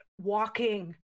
walking